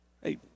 hey